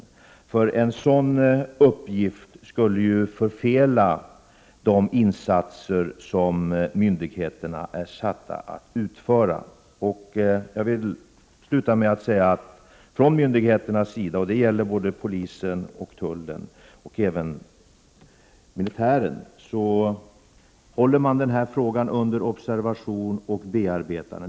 Skulle sådana saker behandlas i riksdagen, skulle ju de insatser som myndigheterna har att vidta förfelas. Jag vill sluta med att säga att man från myndigheternas sida — polisen, tullen och militären — håller denna fråga under observation och bearbetar den.